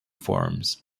forms